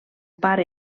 pare